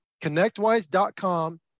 connectwise.com